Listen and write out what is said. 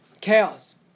chaos